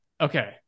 Okay